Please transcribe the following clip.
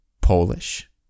Polish